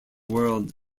world